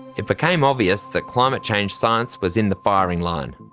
it became obvious that climate change science was in the firing line.